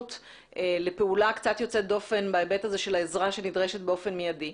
מוכנות לפעולה קצת יוצאת דופן בהיבט הזה של העזרה שנדרשת באופן מיידי.